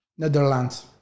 Netherlands